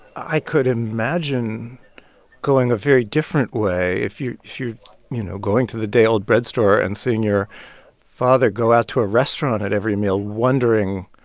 i could imagine going a very different way if you're, you know, going to the day-old-bread store and seeing your father go out to a restaurant at every meal, wondering,